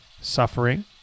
suffering